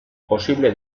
posible